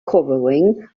covering